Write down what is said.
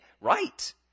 Right